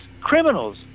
criminals